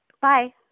Bye